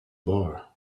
bar